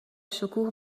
شکوه